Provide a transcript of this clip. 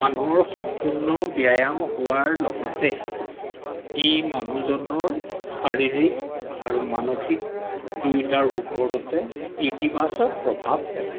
মানুহৰ সম্পূৰ্ণ ব্যায়াম হোৱাৰ লগতে ই মানুহজনৰ শাৰীৰিক আৰু মানসিক দুয়োটাৰ ওপৰতে ইতিবাচক প্ৰভাৱ পেলায়